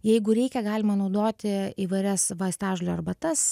jeigu reikia galima naudoti įvairias vaistažolių arbatas